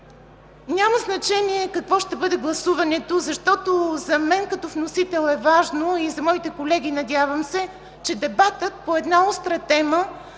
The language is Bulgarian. Няма значение какво ще бъде гласуването, защото за мен като вносител е важно, и за моите колеги, надявам се, че дебатът по една остра тема